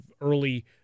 early